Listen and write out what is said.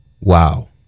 Wow